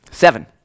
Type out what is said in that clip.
seven